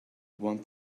want